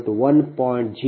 u